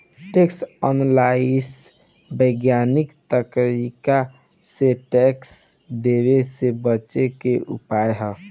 tax avoidance वैज्ञानिक तरीका से टैक्स देवे से बचे के उपाय ह